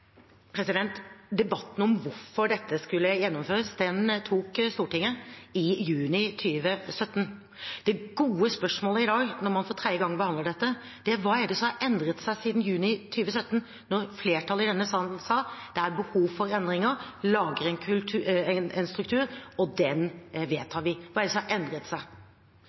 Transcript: Debatten om hvorfor dette skulle gjennomføres, tok Stortinget i juni 2017. Det gode spørsmålet i dag, når man for tredje gang behandler dette, er: Hva er det som har endret seg siden juni 2017, da flertallet i denne salen sa at det er behov for endringer og å lage en struktur, og den vedtar vi? Hva er det som har endret seg?